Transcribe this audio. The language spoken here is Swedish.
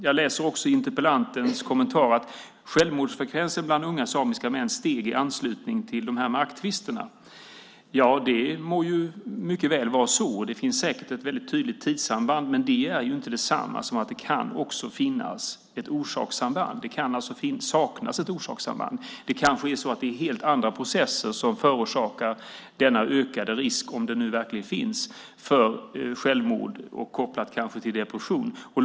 Jag läser också interpellantens kommentar att självmordsfrekvensen bland unga samiska män steg i anslutning till marktvisterna. Ja, det må mycket väl vara så, och det finns säkert ett väldigt tydligt tidssamband. Men det är inte detsamma som att det också kan finnas ett orsakssamband. Det kan alltså saknas ett orsakssamband. Det kanske är helt andra processer som förorsakar denna ökade risk, om den nu verkligen finns, för självmord och kanske kopplat till depression.